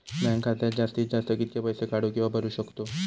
Bank खात्यात जास्तीत जास्त कितके पैसे काढू किव्हा भरू शकतो?